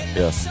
yes